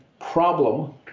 problem